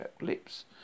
lips